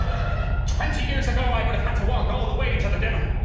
twenty years ago, i would have had to walk all the way to the dimmer!